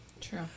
True